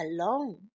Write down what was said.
Alone